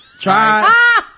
Try